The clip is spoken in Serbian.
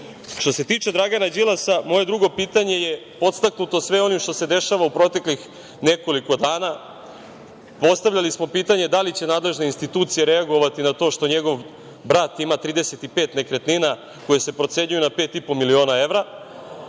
se tiče Dragana Đilasa, moje drugo pitanje je podstaknuto svime onim što se dešava u proteklih nekoliko dana. Postavljali smo pitanje - da li će nadležne institucije reagovati na to što njegov brat ima 35 nekretnina koje se procenjuju na 5,5 miliona evra? Ono